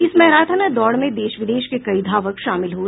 इस मैराथन दौड़ में देश विदेश के कई धावक शामिल हुए